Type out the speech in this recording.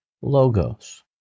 Logos